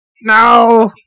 No